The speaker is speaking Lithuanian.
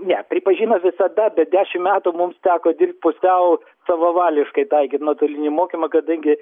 ne pripažino visada bet dešim metų mums teko dirbt pusiau savavališkai taikyt nuotolinį mokymą kadangi